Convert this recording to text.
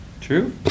True